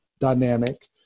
dynamic